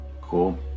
cool